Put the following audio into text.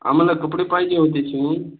आम्हाला कपडे पाहिजे होते शिवून